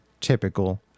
typical